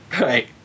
Right